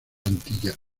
antillas